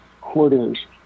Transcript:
quarters